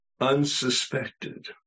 unsuspected